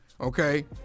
okay